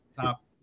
top